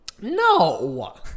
No